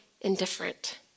indifferent